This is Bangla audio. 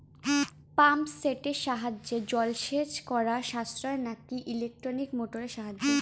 পাম্প সেটের সাহায্যে জলসেচ করা সাশ্রয় নাকি ইলেকট্রনিক মোটরের সাহায্যে?